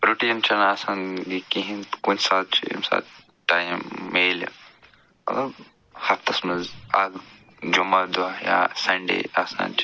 routine چھِنہٕ آسان یہِ کِہیٖنۍ کُنہِ ساتہٕ چھِ ییٚمہِ ساتہٕ ٹایَم مِلہِ مطلب ہفتَس منٛز اَکھ جمعہ دۄہ یا سنٛڈے آسان چھِ